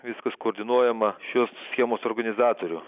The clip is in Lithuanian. viskas koordinuojama šios schemos organizatorių